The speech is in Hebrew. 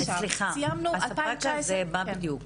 הספק הזה, מה בדיוק?